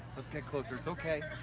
let's get closer. it's okay,